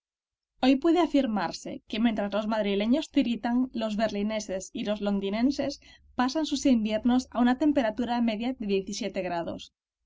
hoy puede afirmarse que mientras los madrileños tiritan los berlineses y los londinenses pasan sus inviernos a una temperatura media de grados